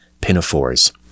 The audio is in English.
pinafores